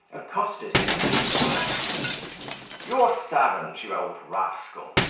accosted him in these words your servant, you old rascal.